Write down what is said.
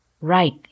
Right